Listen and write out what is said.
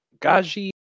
Gaji